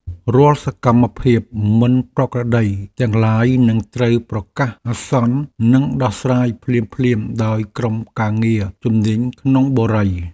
រាល់សកម្មភាពមិនប្រក្រតីទាំងឡាយនឹងត្រូវប្រកាសអាសន្ននិងដោះស្រាយភ្លាមៗដោយក្រុមការងារជំនាញក្នុងបុរី។